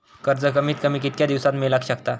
कर्ज कमीत कमी कितक्या दिवसात मेलक शकता?